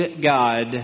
God